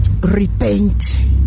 Repent